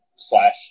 slash